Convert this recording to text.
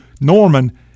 Norman